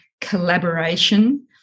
collaboration